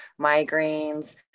migraines